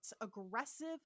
aggressive